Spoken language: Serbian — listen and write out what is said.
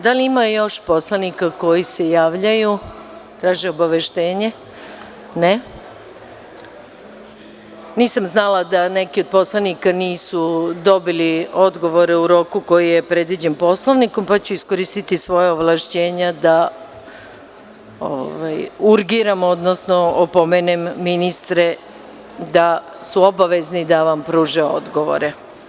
Da li ima još poslanika koji se javljaju, traže obaveštenje? (Ne.) Nisam znala da neki od poslanika nisu dobili odgovore u roku koji je predviđen Poslovnikom, pa ću iskoristiti svoja ovlašćenja da urgiram, odnosno opomenem ministre da su obavezni da vam pruže odgovore.